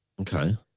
Okay